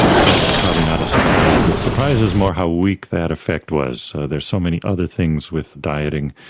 that's probably not a surprise. the surprise is more how weak that effect was. there are so many other things with dieting,